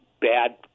bad